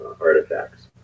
artifacts